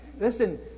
Listen